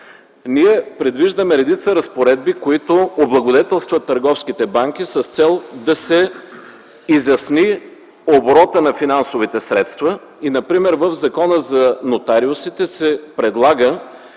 Ние предвиждаме редица разпоредби, които облагодетелстват търговските банки с цел да се изясни оборотът на финансовите средства. Например в Закона за нотариусите се предлага